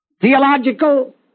theological